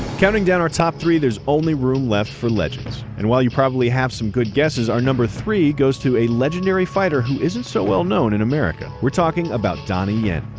counting down our top three, there's only room left for legends. and while you probably have some good guesses, our number three goes to a legendary fighter who isn't so well known in america. we're talking about donnie yen.